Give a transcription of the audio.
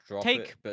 take